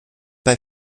bei